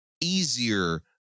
easier